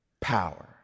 power